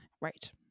Right